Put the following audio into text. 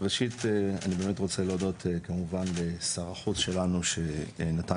ראשית אני באמת רוצה להודות כמובן לשר החוץ שלנו שנתן